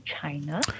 China